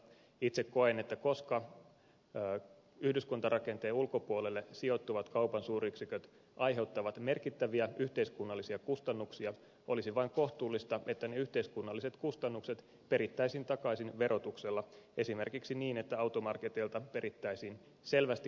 itse koen että koska yhdyskuntarakenteen ulkopuolelle sijoittuvat kaupan suuryksiköt aiheuttavat merkittäviä yhteiskunnallisia kustannuksia olisi vain kohtuullista että ne yhteiskunnalliset kustannukset perittäisiin takaisin verotuksella esimerkiksi niin että automarketeilta perittäisiin selvästi korotettua kiinteistöveroa